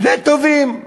בני טובים.